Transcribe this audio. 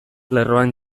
lerroan